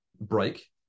break